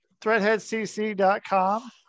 threadheadcc.com